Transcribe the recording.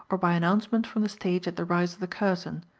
or by announcement from the stage at the rise of the curtain,